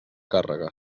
càrrega